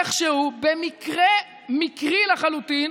איכשהו במקרה מקרי לחלוטין,